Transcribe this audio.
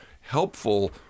helpful